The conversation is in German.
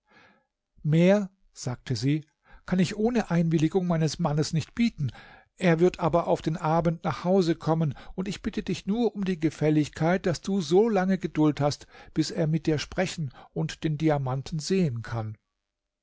mehr sagte sie kann ich ohne einwilligung meines mannes nicht bieten er wird aber auf den abend nach hause kommen und ich bitte dich nur um die gefälligkeit daß du solange geduld hast bis er mit dir sprechen und den diamanten sehen kann